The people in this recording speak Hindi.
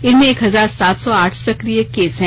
इनमें एक हजार सात सौ आठ सक्रिय केस हैं